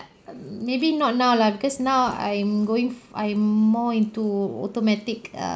um maybe not now lah because now I'm going f~ I'm more into automatic uh